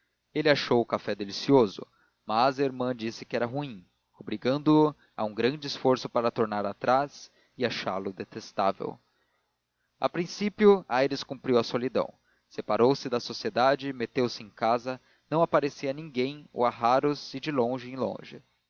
ele achou o café delicioso mas a irmã disse que era ruim obrigando-o a um grande esforço para tornar atrás e achá-lo detestável a princípio aires cumpriu a solidão separou-se da sociedade meteu-se em casa não aparecia a ninguém ou a raros e de longe em longe